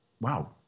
Wow